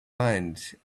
mind